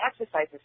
exercises